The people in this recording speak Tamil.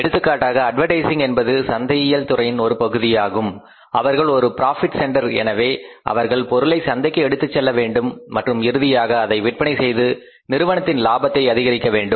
எடுத்துக்காட்டாக அட்வர்டைசிங் என்பது சந்தையியல் துறையின் ஒரு பகுதியாகும் அவர்கள் ஒரு பிராபிட் சென்டர் எனவே அவர்கள் பொருளை சந்தைக்கு எடுத்துச் செல்ல வேண்டும் மற்றும் இறுதியாக அதை விற்பனை செய்து நிறுவனத்தின் லாபத்தை அதிகரிக்க வேண்டும்